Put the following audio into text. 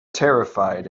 terrified